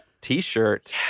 t-shirt